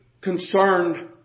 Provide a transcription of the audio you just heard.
concerned